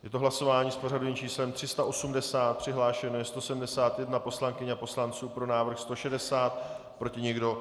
Je to hlasování s pořadovým číslem 380, přihlášeno je 171 poslankyň a poslanců, pro návrh 160, proti nikdo.